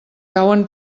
cauen